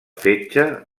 fetge